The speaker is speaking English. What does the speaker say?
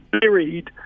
buried